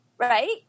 Right